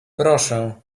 proszę